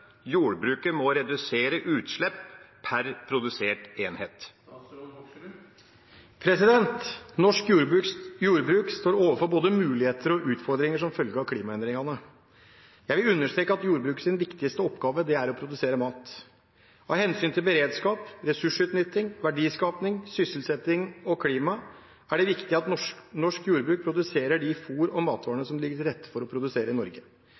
må redusere utslipp pr. produsert enhet»?» Norsk jordbruk står overfor både muligheter og utfordringer som følge av klimaendringene. Jeg vil understreke at jordbrukets viktigste oppgave er å produsere mat. Av hensyn til beredskap, ressursutnytting, verdiskaping, sysselsetting og klima er det viktig at norsk jordbruk produserer de fôr- og matvarene som det ligger til rette for å produsere i Norge,